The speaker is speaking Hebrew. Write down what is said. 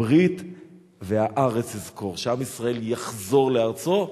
הברית "והארץ אזכֹר", שעם ישראל יחזור לארצו.